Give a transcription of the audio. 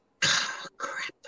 Crap